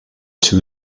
two